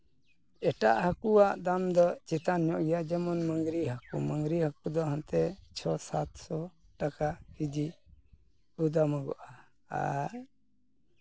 ᱮᱴᱟᱜ ᱦᱟᱠᱩᱣᱟᱜ ᱫᱟᱢ ᱫᱚ ᱪᱮᱛᱟᱱ ᱧᱚᱜ ᱜᱮᱭᱟ ᱡᱮᱢᱚᱱ ᱢᱟᱝᱜᱨᱤ ᱦᱟᱠᱩ ᱢᱟᱝᱜᱨᱤ ᱦᱟᱹᱠᱩ ᱫᱚ ᱦᱟᱱᱛᱮ ᱪᱷᱚ ᱥᱟᱛ ᱥᱚ ᱴᱟᱠᱟ ᱠᱮᱡᱤ ᱠᱚ ᱫᱟᱢᱚᱜᱚᱜᱼᱟ ᱟᱨ